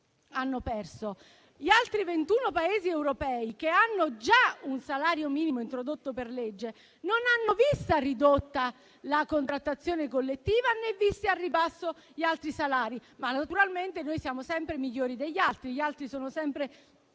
hanno perso. Gli altri 21 Paesi europei, che hanno già un salario minimo introdotto per legge, non hanno visto la contrattazione collettiva ridotta, né sono stati rivisti al ribasso gli altri salari. Ma naturalmente noi siamo sempre migliori degli altri e gli altri sono sempre